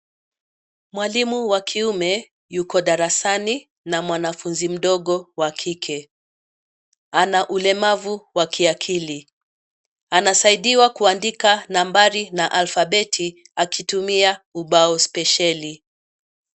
Mwalimu wa kiume, yuko darasani, na mwanafunzi mdogo, wa kike. Ana ulemavu wa kiakili. Anasaidiwa kuandika nambari na alfabeti, akitumia ubao spesheli.